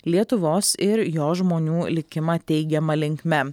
lietuvos ir jo žmonių likimą teigiama linkme